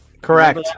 Correct